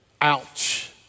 Ouch